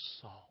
salt